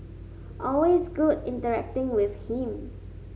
always good interacting with him